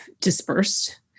dispersed